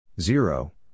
zero